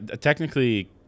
technically